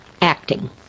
Acting